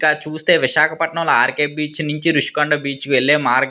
చూస్తే విశాఖపట్నంలో R K beach నుంచి రిషికొండ బీచ్కి వెళ్ళే మార్గంలోని